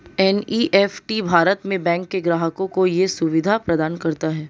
NEFT Bharat में bank के ग्राहकों को ये सुविधा प्रदान करता है